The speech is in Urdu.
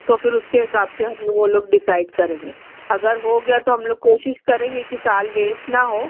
تو پھر اس کے حساب سے ہم لوگ وہ لوگ ڈیسائڈ کریں گے اگر ہو گیا تو ہم لوگ کوشش کریں گے کہ سال ویسٹ نہ ہو